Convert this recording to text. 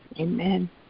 Amen